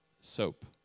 SOAP